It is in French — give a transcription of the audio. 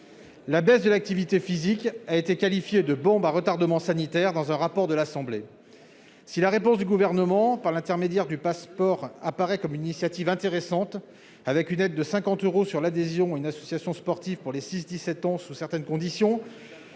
La baisse de l'activité physique a été qualifiée de bombe à retardement sanitaire dans un rapport de l'Assemblée nationale. Si la réponse du Gouvernement, par l'intermédiaire du Pass'Sport, apparaît comme une initiative intéressante, avec une aide de 50 euros sur l'adhésion à une association sportive pour les 6-17 ans sous certaines conditions,